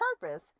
purpose